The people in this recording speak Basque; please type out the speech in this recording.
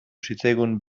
zitzaigun